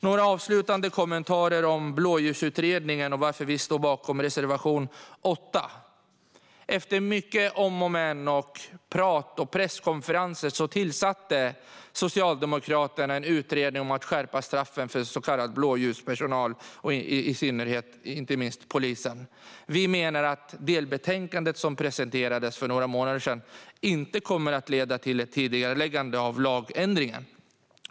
Några avslutande kommentarer om Blåljusutredningen och varför vi står bakom reservation 8: Efter många om och men, prat och presskonferenser tillsatte Socialdemokraterna en utredning om att skärpa straffen för angrepp på så kallad blåljuspersonal och inte minst på polisen. Vi menar att delbetänkandet som presenterades för några månader sedan inte kommer att leda till ett tidigareläggande av lagändringen.